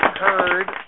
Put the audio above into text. heard